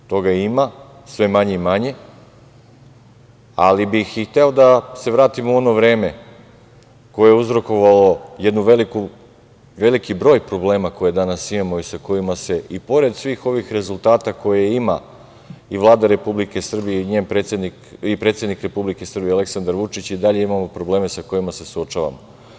Toga ima sve manje i manje, ali bih i hteo da se vratim u ono vreme koje je uzrokovalo jedan veliki broj problema koje danas imamo i sa kojima se i pored svih ovih rezultata, koje ima i Vlada Republike Srbije i njen predsednik Aleksandar Vučić, i dalje imamo probleme sa kojima se suočavamo.